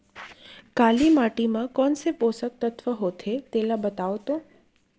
काली माटी म कोन से पोसक तत्व होथे तेला बताओ तो?